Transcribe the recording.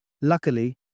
Luckily